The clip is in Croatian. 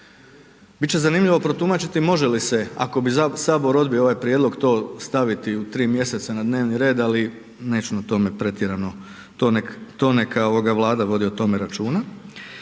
će zanimljivo protumačiti može li se ako bi Sabor odbio ovaj prijedlog to stavit u 3 mjeseca na dnevni red ali neću o tome pretjerano, to neka Vlada vodi o tome računa.